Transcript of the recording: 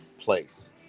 place